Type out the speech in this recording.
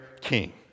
king